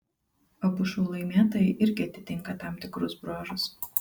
abu šou laimėtojai irgi atitinka tam tikrus bruožus